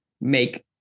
make